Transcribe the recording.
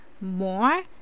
more